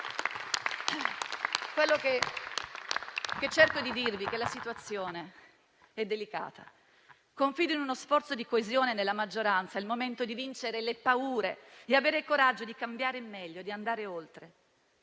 Quello che cerco di dirvi è che la situazione è delicata. Confido in uno sforzo di coesione nella maggioranza: è il momento di vincere le paure, di avere il coraggio di cambiare in meglio e di andare oltre,